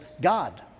God